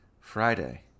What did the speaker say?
Friday